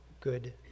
good